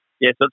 Yes